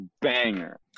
banger